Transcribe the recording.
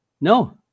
No